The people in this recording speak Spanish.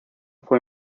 fue